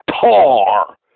par